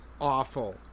awful